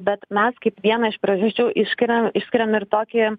bet mes kaip vieną iš priežasčių išskiriam išskiriam ir tokį